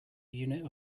unit